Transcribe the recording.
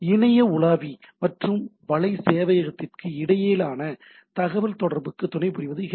இணைய உலாவி மற்றும் வலை சேவையகத்திற்கு இடையிலான தகவல்தொடர்புக்கு துணைபுரிவது ஹெச்